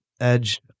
edge